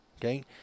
Okay